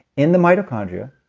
in the mitochondria,